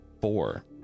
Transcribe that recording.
Four